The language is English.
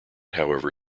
however